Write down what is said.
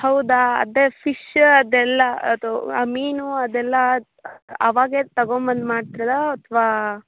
ಹೌದಾ ಅದೇ ಫಿಶ್ ಅದೆಲ್ಲ ಅದು ಮೀನು ಅದೆಲ್ಲ ಅವಾಗೆ ತೊಗೊಂಡ್ಬಂದು ಮಾಡ್ತೀರಾ ಅಥವಾ